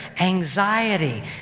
anxiety